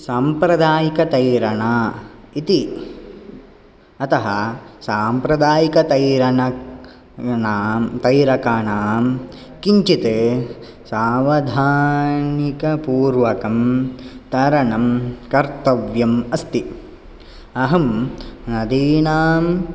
सम्प्रदायिकतैरणा इति अतः साम्प्रदायिकतैरणनां तैरकानां किञ्चित् सावधानिकपूर्वकं तरणं कर्तव्यम् अस्ति अहम् नदीनाम्